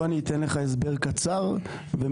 בוא אני אתן לך הסבר קצר ומדויק.